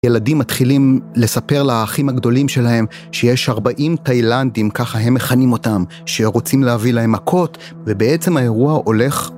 ילדים מתחילים לספר לאחים הגדולים שלהם שיש 40 תאילנדים, ככה הם מכנים אותם, שרוצים להביא להם מכות, ובעצם האירוע הולך...